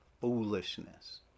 foolishness